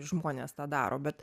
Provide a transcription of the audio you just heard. žmonės tą daro bet